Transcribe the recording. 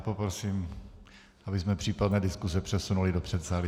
Poprosím, abychom případné diskuse přesunuli do předsálí.